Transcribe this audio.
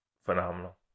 phenomenal